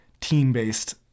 team-based